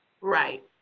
Right